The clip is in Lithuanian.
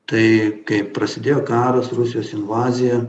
tai kaip prasidėjo karas rusijos invazija